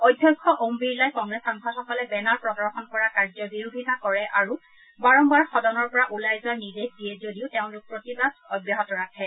অধ্যক্ষ ওম বিৰলাই কংগ্ৰেছ সাংসদসকলে বেনাৰ প্ৰদৰ্শন কৰা কাৰ্যৰ বিৰোধিতা কৰে আৰু বাৰম্বাৰ সদনৰ পৰা ওলাই যোৱাৰ নিৰ্দেশ দিয়ে যদিও তেওঁলোকে প্ৰতিবাদ অব্যাহত ৰাখে